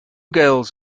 girls